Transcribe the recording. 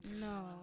No